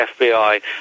FBI